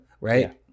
right